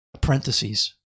parentheses